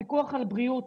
הפיקוח על הבריאות